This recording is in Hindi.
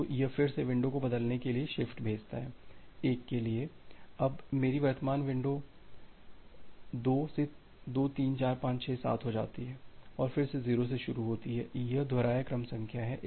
तो यह फिर से विंडो को बदलने के लिए शिफ्ट भेजता है 1 के लिए अब मेरी वर्तमान भेजने वाली विंडो 2 से 2 3 4 5 6 7 हो जाती है और फिर से 0 से शुरू होती है यह दोहराया क्रम संख्या है